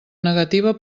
negativa